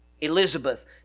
Elizabeth